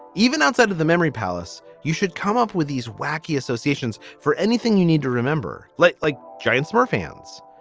even outside of the memory palace, you should come up with these wacky associations for anything you need to remember. like like giant smurf fans,